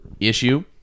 issue